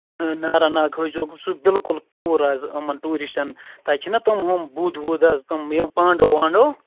تہٕ ناراناگ ہٲوزیٚوکھ سُہ بِلکُل دوٗر حظ یِمَن ٹوٗرِسٹَن تَتہِ چھِناہ تِم یِم بُد وُد حظ یِم یِم پانڈو وانڈو